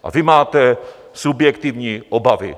A vy máte subjektivní obavy.